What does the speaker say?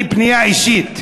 פנייה אישית